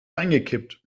reingekippt